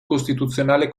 costituzionale